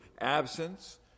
absence